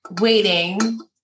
waiting